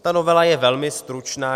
Ta novela je velmi stručná.